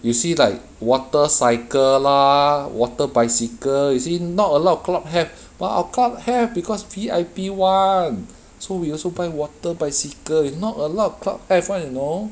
you see like water cycle lah water bicycle you see not a lot of club have but our club have because V_I_P [one] so we also buy water bicycle not a lot of club have [one] you know